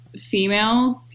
females